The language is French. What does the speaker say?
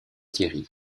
thierry